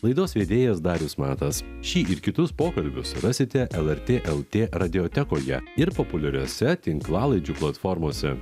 laidos vedėjas darius matas šį ir kitus pokalbius rasite lrt lt radijotekoje ir populiariose tinklalaidžių platformose